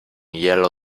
yellow